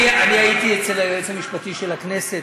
אני הייתי אצל היועץ המשפטי של הכנסת,